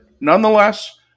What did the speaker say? nonetheless